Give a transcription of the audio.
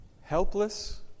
helpless